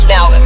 Now